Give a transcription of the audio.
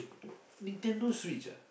Nintendo Switch ah